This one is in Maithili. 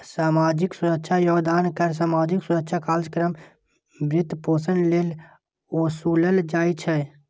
सामाजिक सुरक्षा योगदान कर सामाजिक सुरक्षा कार्यक्रमक वित्तपोषण लेल ओसूलल जाइ छै